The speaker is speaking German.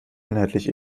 inhaltlich